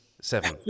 seven